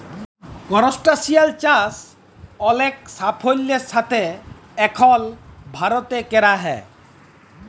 করসটাশিয়াল চাষ অলেক সাফল্যের সাথে এখল ভারতে ক্যরা হ্যয়